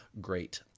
great